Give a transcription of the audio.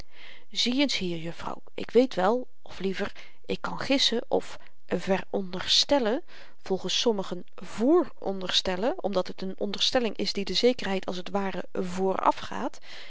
zie eens hier juffrouw ik weet wel of liever ik kan gissen of veronderstellen volgens sommigen vronderstellen omdat het n onderstelling is die de zekerheid als t ware